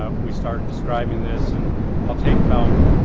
ah we started describing this. and i'll take about.